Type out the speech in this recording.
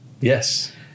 Yes